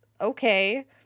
okay